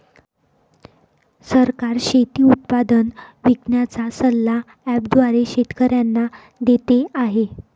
सरकार शेती उत्पादन विकण्याचा सल्ला ॲप द्वारे शेतकऱ्यांना देते आहे